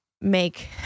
make